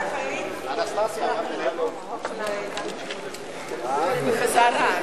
אדוני, בבקשה.